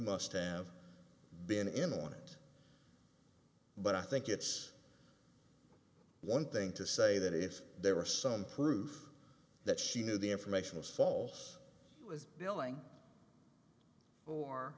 must have been in on it but i think it's one thing to say that if there were some proof that she knew the information was false was billing for